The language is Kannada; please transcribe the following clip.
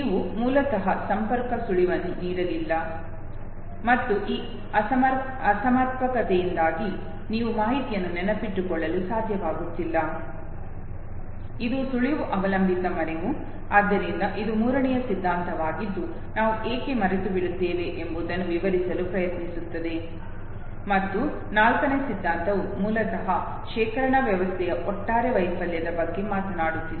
ನೀವು ಮೂಲತಃ ಸಮರ್ಪಕ ಸುಳಿವನ್ನು ನೀಡಲಿಲ್ಲ ಮತ್ತು ಈ ಅಸಮರ್ಪಕತೆಯಿಂದಾಗಿ ನೀವು ಮಾಹಿತಿಯನ್ನು ನೆನಪಿಟ್ಟುಕೊಳ್ಳಲು ಸಾಧ್ಯವಾಗುತ್ತಿಲ್ಲ ಇದು ಸುಳಿವು ಅವಲಂಬಿತ ಮರೆವು ಆದ್ದರಿಂದ ಇದು ಮೂರನೆಯ ಸಿದ್ಧಾಂತವಾಗಿದ್ದು ನಾವು ಏಕೆ ಮರೆತುಬಿಡುತ್ತೇವೆ ಎಂಬುದನ್ನು ವಿವರಿಸಲು ಪ್ರಯತ್ನಿಸುತ್ತದೆ ಮತ್ತು ನಾಲ್ಕನೇ ಸಿದ್ಧಾಂತವು ಮೂಲತಃ ಶೇಖರಣಾ ವ್ಯವಸ್ಥೆಯ ಒಟ್ಟಾರೆ ವೈಫಲ್ಯದ ಬಗ್ಗೆ ಮಾತನಾಡುತ್ತಿದೆ